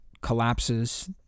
collapses